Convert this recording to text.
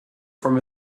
from